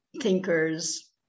thinkers